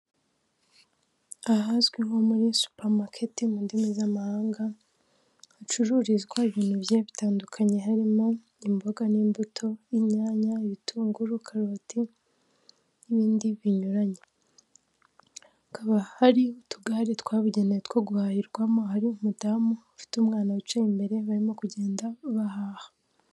Ahazwi nko muri supamaketi mu ndimi z'amahanga hacururizwa ibintu bigiye bitandukanye harimo imboga n'imbuto, inyanya, ibitunguru, karoti n'ibindi binyuranye. Hakaba hari utugare twabugenewe two guhahirwamo, hari umudamu ufite umwana wicaye imbere barimo kugenda bahaha.